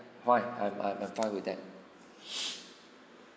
fine I'm I'm I'm fine with that